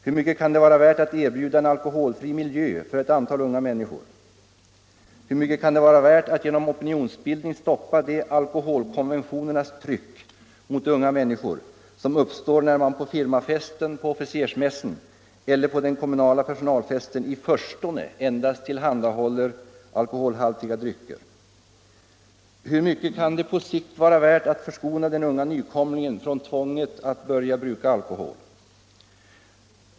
Hur mycket kan det vara värt att erbjuda en alkoholfri miljö för ett antal unga människor? Hur mycket kan det vara värt att genom opinionsbildning stoppa det alkoholkonventionernas tryck mot unga människor som uppstår när man på firmafesten, på officersmässen eller på den kommunala personalfesten i förstone endast tillhandahåller alkoholhaltiga drycker? Hur mycket kan det på sikt vara 145 värt att förskona den unga nykomlingen från tvånget att börja bruka alkohol?